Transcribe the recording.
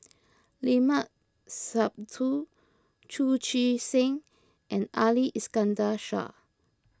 Limat Sabtu Chu Chee Seng and Ali Iskandar Shah